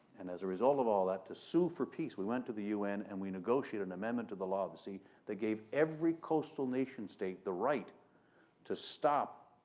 and as a result of all that, to sue for peace we went to the un and we negotiated an amendment to the law of the sea that gave every coastal nation state the right to stop,